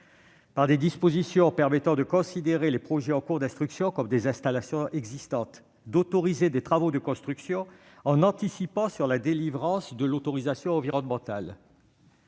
Des dispositions permettront de considérer les projets en cours d'instruction comme des installations existantes et d'autoriser des travaux de construction en anticipant la délivrance de l'autorisation environnementale.